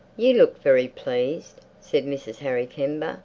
you look very pleased, said mrs. harry kember.